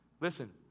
listen